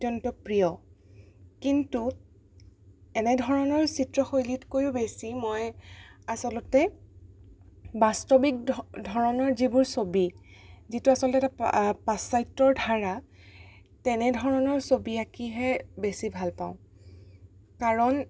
অত্যন্ত প্ৰিয় কিন্তু এনে ধৰণৰ চিত্ৰশৈলীতকৈও বেছি মই আচলতে বাস্তৱিক ধৰণৰ যিবোৰ ছবি যিটো আচলতে এটা পাশ্চাত্যৰ ধাৰা তেনে ধৰণৰ ছবি আঁকিহে বেছি ভালপাওঁ কাৰণ